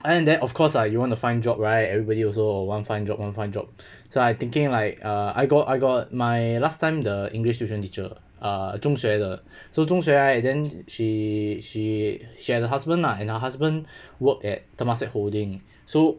other than that of course ah you want to find job right everybody also want find job want find job so I'm thinking like err I got I got my last time the english tuition teacher err 中学的 so 中学 right then she she she and her husband lah and her husband worked at temasek holding so